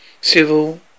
Civil